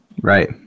Right